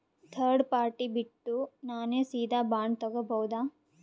Third party ಬಿಟ್ಟು ನಾನೇ ಸೀದಾ ಬಾಂಡ್ ತೋಗೊಭೌದಾ?